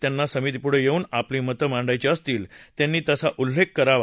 ज्यांना समितीपुढं येऊन आपली मतं मांडायची असतील त्यांनी तसा उल्लेख करावा